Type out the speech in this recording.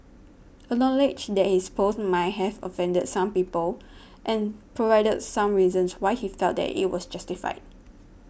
acknowledge that his post might have offended some people and provided some reasons why he felt that it was justified